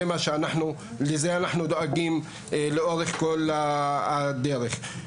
ולזה אנחנו דואגים לאורך כל הדרך.